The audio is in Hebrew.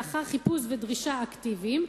לאחר חיפוש ודרישה אקטיביים,